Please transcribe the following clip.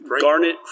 garnet